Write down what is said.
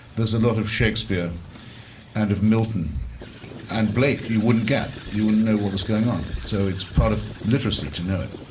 there's a lot of shakespeare and of milton and blake you wouldn't get, you wouldn't know what was going on. so it's part of literacy to know it.